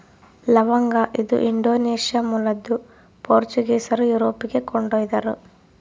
ಲವಂಗ ಇದು ಇಂಡೋನೇಷ್ಯಾ ಮೂಲದ್ದು ಪೋರ್ಚುಗೀಸರು ಯುರೋಪಿಗೆ ಕೊಂಡೊಯ್ದರು